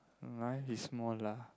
life is more lah